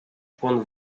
quando